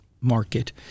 market